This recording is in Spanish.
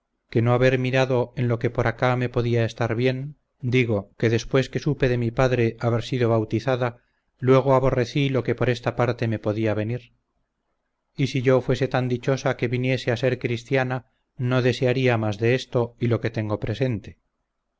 que no haber mirado en lo que por acá me podía estar bien digo que después que supe de mi padre haber sido bautizada luego aborrecí lo que por esta parte me podía venir y si yo fuese tan dichosa que viniese a ser cristiana no desearía más de esto y lo que tengo presente